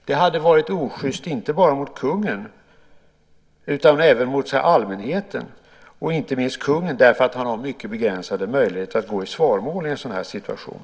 Det hade varit osjyst även mot allmänheten, men inte minst mot kungen, därför att han har mycket begränsade möjligheter att gå i svaromål i en sådan här situation.